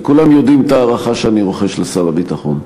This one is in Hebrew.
וכולם יודעים את ההערכה שאני רוחש לשר הביטחון,